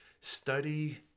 study